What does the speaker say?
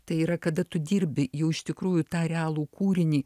tai yra kada tu dirbi jau iš tikrųjų tą realų kūrinį